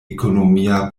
ekonomia